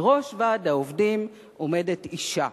בראש ועד העובדים עומדת אשה,